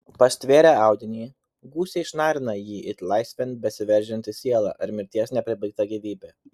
pastvėrę audinį gūsiai šnarina jį it laisvėn besiveržianti siela ar mirties nepribaigta gyvybė